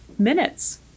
minutes